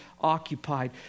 occupied